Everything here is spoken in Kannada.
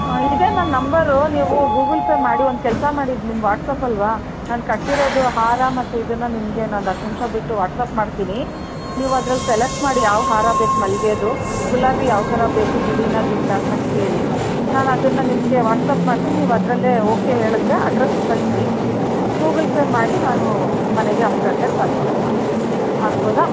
ಹಾಂ ಇದೇ ನನ್ನ ನಂಬರು ನೀವು ಗೂಗುಲ್ ಪೇ ಮಾಡಿ ಒಂದು ಕೆಲಸ ಮಾಡಿ ಇದು ನಿಮ್ಮ ವಾಟ್ಸಪ್ ಅಲ್ಲವಾ ನಾನು ಕಟ್ಟಿರೋದು ಹಾರ ಮತ್ತು ಇದನ್ನು ನಿಮಗೆ ಇನ್ನೊಂದು ಹತ್ತು ನಿಮಿಷ ಬಿಟ್ಟು ವಾಟ್ಸಪ್ ಮಾಡ್ತೀನಿ ನೀವು ಅದ್ರಲ್ಲಿ ಸೆಲೆಕ್ಟ್ ಮಾಡಿ ಯಾವ ಹಾರ ಬೇಕು ಮಲ್ಲಿಗೆದು ಗುಲಾಬಿ ಯಾವ ಥರ ಬೇಕು ಬಿಡಿನ ದಿಂಡಾ ಅಂತ ಕ್ ಹೇಳಿ ನಾನು ಅದನ್ನು ನಿಮಗೆ ವಾಟ್ಸಪ್ ಮಾಡ್ತೀನಿ ನೀವು ಅದರಲ್ಲೇ ಓಕೆ ಹೇಳಿದರೆ ಅಡ್ರಸ್ಸೂ ಕಳಿಸಿ ಗೂಗುಲ್ ಪೇ ಮಾಡಿ ನಾನು ಮನೆಗೆ ಹತ್ತು ಗಂಟೆಗೆ ತಲ್ಪಸ್ಬಿಡ್ತೀನಿ ಆಗ್ಬೋದಾ